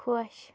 خۄش